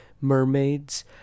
Mermaids